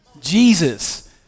Jesus